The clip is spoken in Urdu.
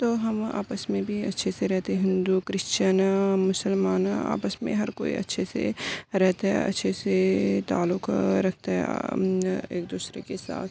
تو ہم آپس میں بھی اچھے سے رہتے ہیں ہندو کرسچن مسلمان آپس میں ہر کوئی اچھے سے رہتے ہیں اچھے سے تعلق رکھتا ہے ایک دوسرے کے ساتھ